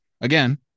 again